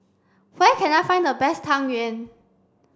where can I find the best Tang Yuen